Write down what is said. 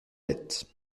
dette